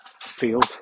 field